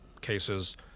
cases